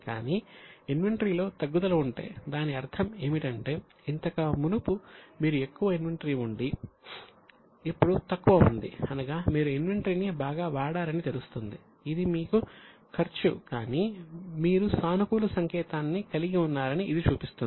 కానీ ఇన్వెంటరీ లో తగ్గుదల ఉంటే దాని అర్థం ఏమిటంటే ఇంతకు మునుపు మీకు ఎక్కువ ఇన్వెంటరీ ఉండి ఇప్పుడు తక్కువ ఉంది అనగా మీరు ఇన్వెంటరీ ని బాగా వాడారని తెలుస్తుంది ఇది మీకు ఖర్చు కానీ మీరు సానుకూల సంకేతాన్ని కలిగి ఉన్నారని ఇది చూపిస్తుంది